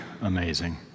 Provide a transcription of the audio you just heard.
amazing